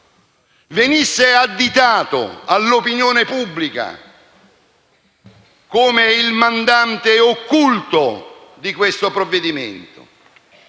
venisse additato all'opinione pubblica come il mandante occulto di questo provvedimento.